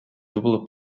dubbele